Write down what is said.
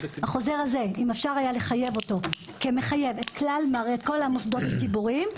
אם אפשר היה לחייב את החוזר הזה כמחייב את כל מוסדות הציבוריים,